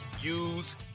use